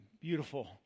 beautiful